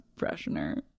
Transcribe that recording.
freshener